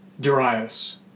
Darius